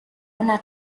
una